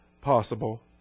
possible